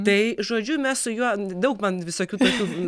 tai žodžiu mes su juo daug man visokių tokių